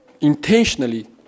intentionally